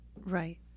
Right